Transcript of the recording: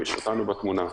יש אותנו בתמונה,